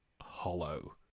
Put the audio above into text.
hollow